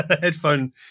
headphone